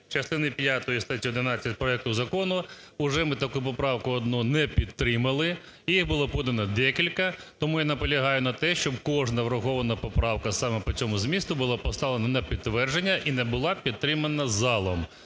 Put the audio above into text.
статті 11 проекту закону. Уже ми таку поправку одну не підтримали, їх було подано декілька. Тому я наполягаю на те, щоб кожна врахована поправка саме по цьому змісту була поставлена на підтверджена і не була підтримана залом.